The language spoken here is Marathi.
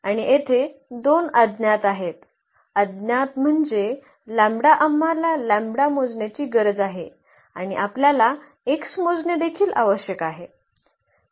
आणि येथे दोन अज्ञात आहेत अज्ञात म्हणजे आम्हाला लॅम्ब्डा lambda0 मोजण्याची गरज आहे आणि आपल्याला x मोजणे देखील आवश्यक आहे